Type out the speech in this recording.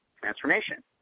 transformation